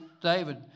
david